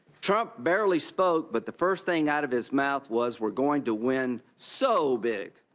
trump barely spoke but the first thing out of his mouth was we are going to win so big.